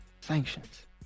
sanctions